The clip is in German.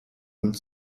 mund